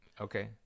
Okay